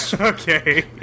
okay